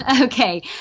Okay